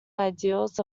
ideals